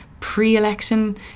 pre-election